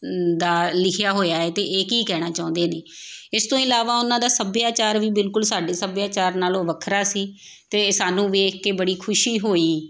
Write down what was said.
ਦਾ ਲਿਖਿਆ ਹੋਇਆ ਹੈ ਅਤੇ ਇਹ ਕੀ ਕਹਿਣਾ ਚਾਹੁੰਦੇ ਨੇ ਇਸ ਤੋਂ ਇਲਾਵਾ ਉਹਨਾਂ ਦਾ ਸੱਭਿਆਚਾਰ ਵੀ ਬਿਲਕੁਲ ਸਾਡੇ ਸਭਿਆਚਾਰ ਨਾਲੋਂ ਵੱਖਰਾ ਸੀ ਅਤੇ ਸਾਨੂੰ ਦੇਖ ਕੇ ਬੜੀ ਖੁਸ਼ੀ ਹੋਈ